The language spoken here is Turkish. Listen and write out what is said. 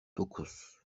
dokuz